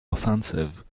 offensive